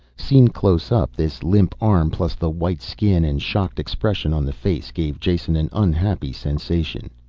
seen close up this limp arm, plus the white skin and shocked expression on the face, gave jason an unhappy sensation.